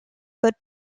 but